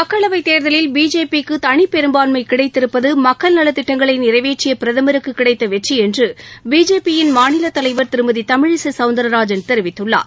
மக்களவைத் தேர்தலில் பிஜேபி க்கு தளிப்பெரும்பான்மை கிடைத்திருப்பது மக்கள் நலத்திட்டங்களை நிறைவேற்றிய பிரதமருக்கு கிடைத்த வெற்றி என்று பிஜேபி யின் மாநில தலைவர் திருமதி தமிழிசை சௌந்தர்ராஜன் தெரிவித்துள்ளார்